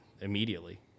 immediately